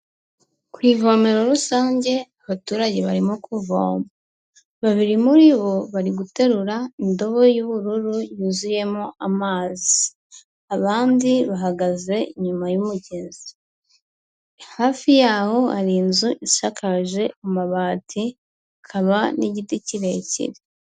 Ku ivomero rusange, abaturage barimo kuvoma. Babiri muri bo, bari guterura indobo y'ubururu yuzuyemo amazi. Abandi bahagaze inyuma y'umugezi. Hafi y'aho, hari inzu isakaje amabati, hakaba n'igiti kirekire.